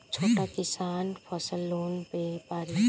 छोटा किसान फसल लोन ले पारी?